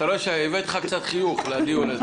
הבאתי לך קצת חיוך לדיון הזה.